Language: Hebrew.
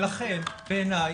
ולכן, בעיני,